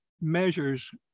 measures